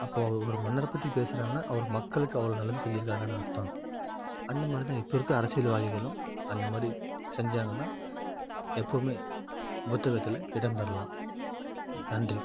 அப்போது ஒரு மன்னரை பற்றி பேசுகிறாங்கன்னா அவர் மக்களுக்கு அவ்வளோ நல்லது செஞ்சுருக்காருன்னு தானே அர்த்தம் அந்த மாதிரி தான் இப்போ இருக்க அரசியல்வாதிகளும் அந்தமாதிரி செஞ்சாங்கன்னா எப்போதுமே புத்தகத்தில் இடம் பெறலாம் நன்றி